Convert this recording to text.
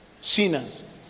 sinners